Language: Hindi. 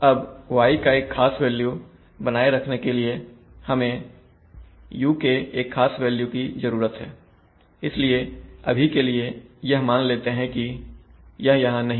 अब y का एक खास वैल्यू बनाए रखने के लिए हमें u के एक खास वैल्यू की जरूरत है इसलिए अभी के लिए यह मान लेते हैं की यह यहां नहीं है